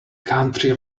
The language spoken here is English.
country